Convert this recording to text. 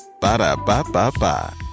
Ba-da-ba-ba-ba